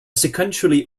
sequentially